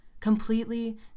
Completely